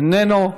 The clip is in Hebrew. איננו.